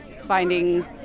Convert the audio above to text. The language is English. finding